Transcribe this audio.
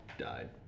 Died